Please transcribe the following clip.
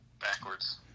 Backwards